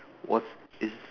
what is